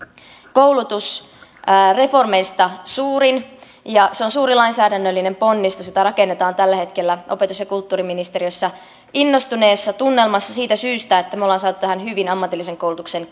koulutusreformeista suurin se on suuri lainsäädännöllinen ponnistus jota rakennetaan tällä hetkellä opetus ja kulttuuriministeriössä innostuneessa tunnelmassa siitä syystä että me olemme saaneet tähän hyvin ammatillisen koulutuksen